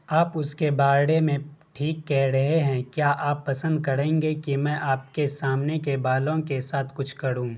آپ اس کے بارے میں ٹھیک کہہ رہے ہیں کیا آپ پسند کریں گے کہ میں آپ کے سامنے کے بالوں کے ساتھ کچھ کروں